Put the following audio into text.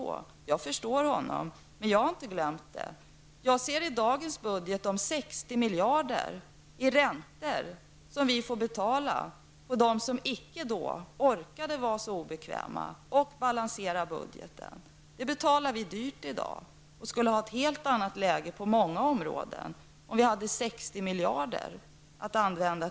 Jag förstår honom, men jag har inte glömt någonting. I dagens budget ser jag de 60 miljarder kronor i räntor som Sverige får betala på grund av dem som förut inte orkade vara så obekväma att de balanserade budgeten. Vi betalar i dag dyrt för detta, och det skulle ha varit ett helt annat läge på många områden, om vi hade 60 miljarder kronor att använda.